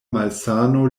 malsano